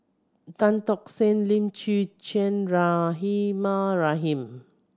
Tan Tock San Lim Chwee Chian Rahimah Rahim